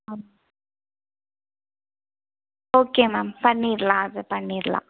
அப்போ okay ma'am பண்ணிடலாம் அது பண்ணிடலாம்